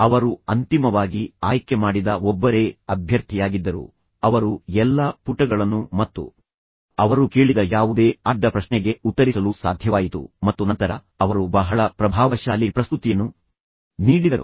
ಅವರು ಅಂತಿಮವಾಗಿ ಆಯ್ಕೆ ಮಾಡಿದ ಒಬ್ಬರೇ ಅಭ್ಯರ್ಥಿಯಾಗಿದ್ದರು ಅವರು ಎಲ್ಲಾ ಪುಟಗಳನ್ನು ಮತ್ತು ಅವರು ಕೇಳಿದ ಯಾವುದೇ ಅಡ್ಡ ಪ್ರಶ್ನೆಗೆ ಉತ್ತರಿಸಲು ಸಾಧ್ಯವಾಯಿತು ಮತ್ತು ನಂತರ ಅವರು ಬಹಳ ಪ್ರಭಾವಶಾಲಿ ಪ್ರಸ್ತುತಿಯನ್ನು ನೀಡಿದರು